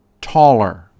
taller